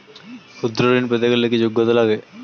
ক্ষুদ্র ঋণ পেতে কি যোগ্যতা লাগে?